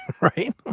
Right